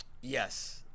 Yes